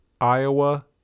Iowa